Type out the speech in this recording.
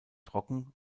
trocken